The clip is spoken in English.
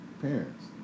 parents